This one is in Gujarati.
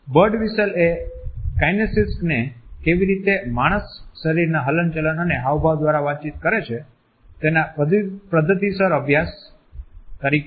બર્ડ વિસ્ટેલ એ કાઈનેસીક્સ ને કેવી રીતે માણસ શરીરના હલનચલન અને હાવભાવ દ્વારા વાતચીત કરે છે તેના પદ્ધતિસર અભ્યાસ તરીકે